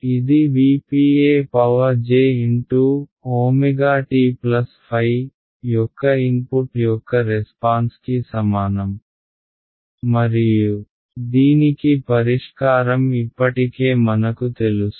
ఇది Vp ejωtϕ యొక్క input యొక్క రెస్పాన్స్ కి సమానం మరియు దీనికి పరిష్కారం ఇప్పటికే మనకు తెలుసు